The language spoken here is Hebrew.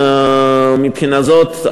מבחינה זו,